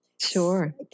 Sure